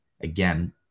again